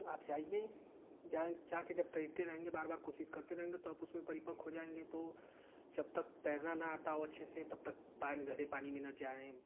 आप जाइए जाइ जाकर जब तैरते रहेंगे बार बार कोशिश करेंगे तो आप उसमें परिपक्व हो जाएँगे तो जब तक तैरना न आता हो अच्छे से तब तक पा गहरे पानी में न जाएँ